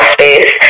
space